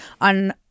on